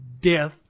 death